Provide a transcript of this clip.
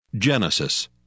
Genesis